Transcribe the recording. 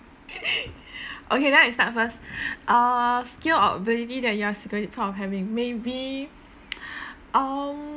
okay then I start first err skill or ability that you are secretly proud of having maybe um